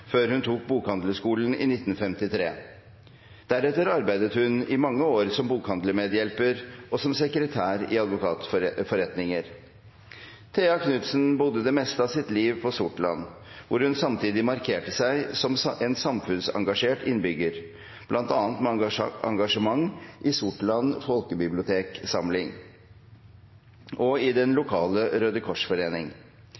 før hun tok bokhandlerskolen i 1953. Deretter arbeidet hun i mange år som bokhandlermedhjelper og som sekretær i advokatforretninger. Thea Knutzen bodde det meste av sitt liv på Sortland, hvor hun samtidig markerte seg som en samfunnsengasjert innbygger, bl.a. med engasjement i Sortland folkebiblioteksamling og i den